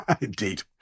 Indeed